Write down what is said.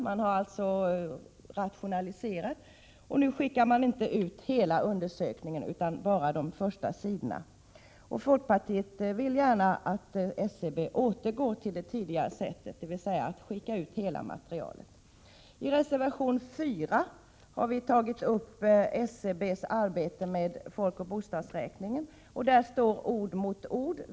Man har alltså rationaliserat, och nu skickar man inte ut hela undersökningarna utan bara de första sidorna. Folkpartiet vill gärna att SCB återgår till det tidigare sättet, dvs. att skicka ut hela materialet. I reservation 4 har vi tagit upp SCB:s arbete med folkoch bostadsräkningen. Där står ord mot ord.